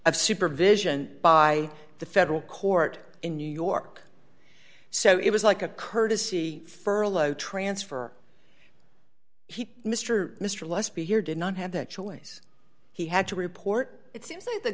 of supervision by the federal court in new york so it was like a courtesy furlow transfer he mr mr lusby here did not have the choice he had to report it seems like the